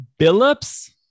Billups